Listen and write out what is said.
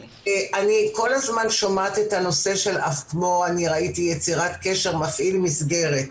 ראיתי "יצירת קשר מפעיל מסגרת".